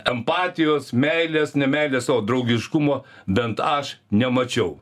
empatijos meilės nemeilės o draugiškumo bent aš nemačiau